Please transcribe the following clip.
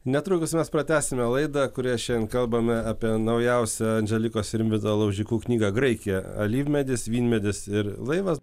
netrukus mes pratęsime laidą kurioj šiandien kalbame apie naujausią andželikos ir rimvydo laužikų knygą graikija alyvmedis vynmedis ir laivas